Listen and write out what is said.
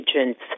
agents